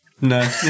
No